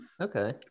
Okay